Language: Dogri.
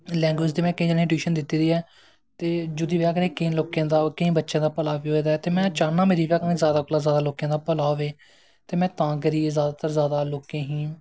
लैंग्वेज़ दी में केईं जनें गी टयूशन दित्ती दी ऐ ते जेह्दी बजह कन्नै केईं लोकें दा भला बी होए दा ऐ ते में चाह्नां कि जैदा कोला दा जैदा लोकें दा भला होऐ ते में तां करियै जैदातर लोकें गी